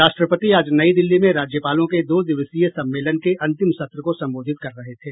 राष्ट्रपति आज नई दिल्ली में राज्यपालों के दो दिवसीय सम्मेलन के अंतिम सत्र को संबोधित कर रहे थे